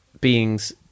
Beings